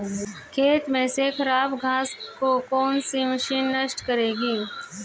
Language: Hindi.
खेत में से खराब घास को कौन सी मशीन नष्ट करेगी?